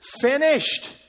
Finished